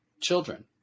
children